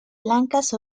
blancas